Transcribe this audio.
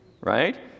right